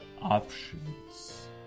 options